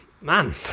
man